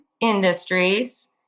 Industries